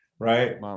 Right